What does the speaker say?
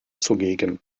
zugegen